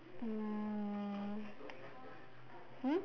um um